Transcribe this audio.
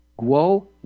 Guo